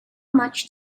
much